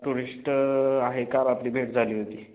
tourist आहे का आपली भेट झाली होती